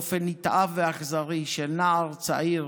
באופן נתעב ואכזרי, של נער צעיר,